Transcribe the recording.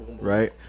Right